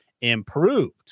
improved